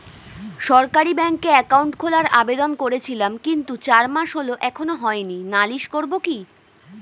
সরকারি ব্যাংকে একাউন্ট খোলার আবেদন করেছিলাম কিন্তু চার মাস হল এখনো হয়নি নালিশ করব কি?